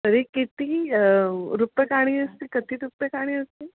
तर्हि कति रूप्यकाणि अस्ति कति रूप्यकाणि अस्ति